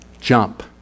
Jump